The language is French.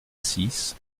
six